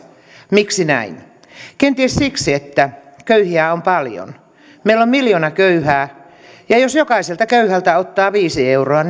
miksi näin kenties siksi että köyhiä on paljon meillä on miljoona köyhää ja jos jokaiselta köyhältä ottaa viisi euroa